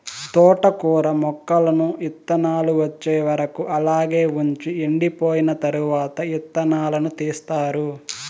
తోటకూర మొక్కలను ఇత్తానాలు వచ్చే వరకు అలాగే వుంచి ఎండిపోయిన తరవాత ఇత్తనాలను తీస్తారు